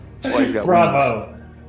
Bravo